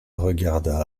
regarda